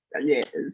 Yes